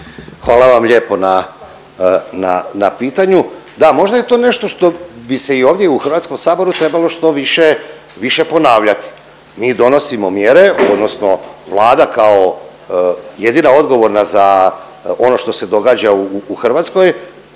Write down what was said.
Hvala vam lijepo na, na, na pitanju. Da, možda je to nešto što bi se i ovdje u HS trebalo što više, više ponavljati. Mi donosimo mjere odnosno Vlada kao jedina odgovorna za ono što se događa u Hrvatskoj,